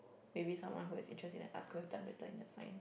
maybe someone who has interest in the Arts could have done better in the Science